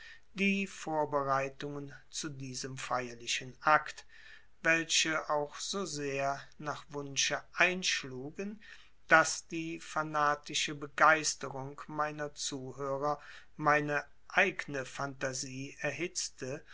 die vorbereitungen zu diesem feierlichen akt welche auch so sehr nach wunsche einschlugen daß die fanatische begeisterung meiner zuhörer meine eigne phantasie erhitzte